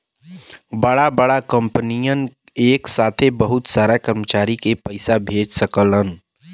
बड़ा बड़ा कंपनियन एक साथे बहुत सारा कर्मचारी के पइसा भेज सकलन